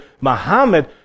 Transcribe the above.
Muhammad